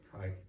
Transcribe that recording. Hi